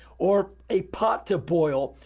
or a pot to boil,